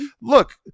Look